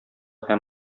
һәм